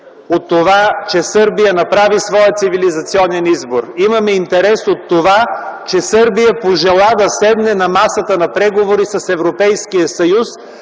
от това, че Сърбия направи своя цивилизационен избор. Имаме интерес от това, че Сърбия пожела да седне на масата на преговори с Европейския съюз,